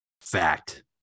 Fact